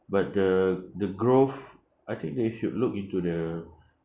but the the growth I think they should look into the